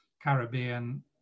Caribbean